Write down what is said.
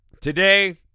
Today